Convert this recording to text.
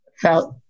felt